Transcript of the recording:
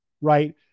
right